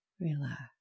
relax